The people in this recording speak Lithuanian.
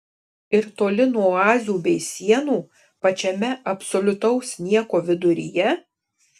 ir toli nuo oazių bei sienų pačiame absoliutaus nieko viduryje